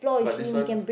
but this one